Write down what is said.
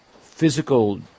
physical